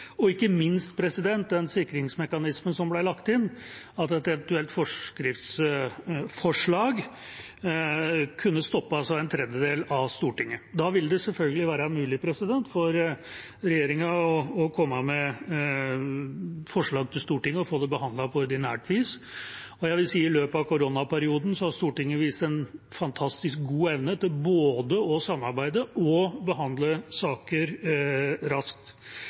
og ikke minst ble det lagt inn en sikringsmekanisme om at et eventuelt forskriftsforslag kunne stoppes av en tredjedel av Stortinget. Da ville det selvfølgelig være mulig for regjeringa å komme med forslag til Stortinget og få det behandlet på ordinært vis. Og jeg vil si at i løpet av koronaperioden har Stortinget vist en fantastisk god evne til både å samarbeide og å behandle saker raskt.